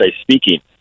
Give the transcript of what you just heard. speaking